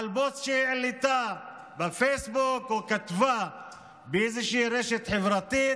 על פוסט שהעלתה בפייסבוק או כתבה באיזושהי רשת חברתית,